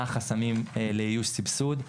מה החסמים לאיוש סבסוד,